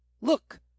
look